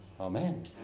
Amen